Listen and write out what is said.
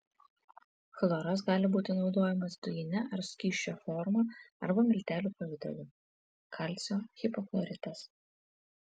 chloras gali būti naudojamas dujine ar skysčio forma arba miltelių pavidalu kalcio hipochloritas